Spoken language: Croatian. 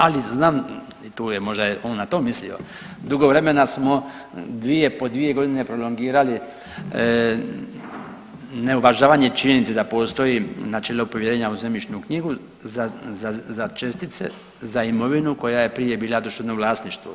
Ali znam i tu je, možda je on na to mislio, dugo vremena smo dvije po dvije godine prolongirali neuvažavanje činjenice da postoji načelo povjerenja u zemljišnu knjigu za čestice, za imovinu koja je prije bila u društvenom vlasništvu.